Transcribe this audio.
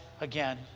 again